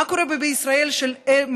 מה קורה בישראל של 2018,